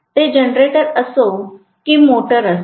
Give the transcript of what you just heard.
ते जनरेटर असो की मोटर असो